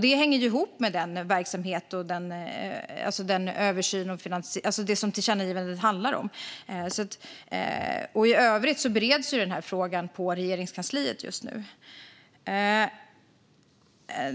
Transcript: Det hänger ihop med det som tillkännagivandet handlar om. I övrigt bereds den här frågan i Regeringskansliet just nu.